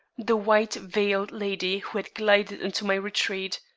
the white-veiled lady who had glided into my retreat.